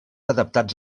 adaptats